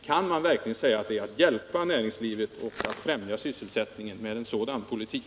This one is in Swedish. Kan man verkligen hjälpa näringslivet och främja sysselsättningen genom att föra en sådan politik?